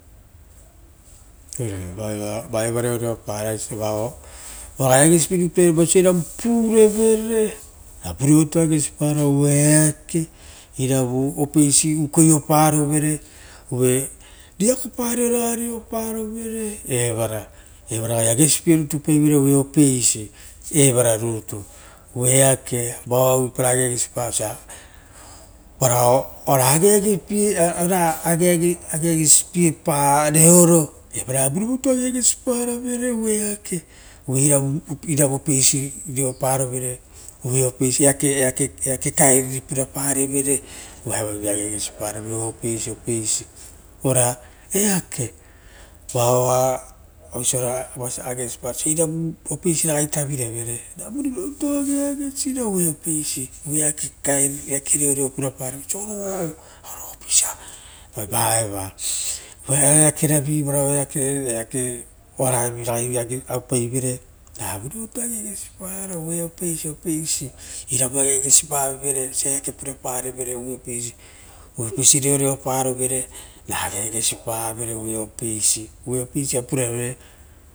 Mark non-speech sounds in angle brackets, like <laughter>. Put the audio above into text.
Oire vao iava reoreopara oa raga agesipierutu paivera vosia irava purevere, ravurivira rutu agesi para uva eake iravu apeisi ukaio parovere uva reako pararagai reoparovere evara, evara ragai agesipie rutupaiveira evara rutu oeake evara oara uvupaira ageagesipa <hesitation> varao ora ageagesi piepa reoro. Ravurivurarutu ageagesiparavere uva eake iravu apesi reo parovere oo apeisi eake. Kaeriro puraparevere ra reivvira ageagesiparavere eisi ora eake vaoa vosia irava apesi ragai tavirevere ravurivi rarutu ageagesiparavere, eake reoreo puraparivere ra oisio auro apeisia, uva vaeva ora eakeravi oara ragai aue paivere ravurivira rutu ageagesipara oo apeisirapeisi iravu ageagesipavevere viapasa eake pura parevere o apeisi oo apesi reoreopavovere rarera ageagesipavere oo apeisi ppuraroe.